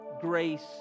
grace